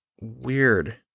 weird